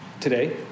today